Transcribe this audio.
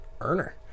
earner